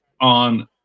on